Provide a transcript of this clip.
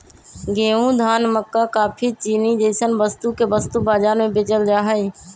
गेंहूं, धान, मक्का काफी, चीनी जैसन वस्तु के वस्तु बाजार में बेचल जा हई